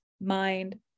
mind